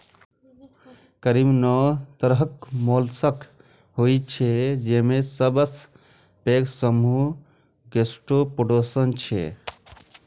करीब नौ तरहक मोलस्क होइ छै, जेमे सबसं पैघ समूह गैस्ट्रोपोड्स छियै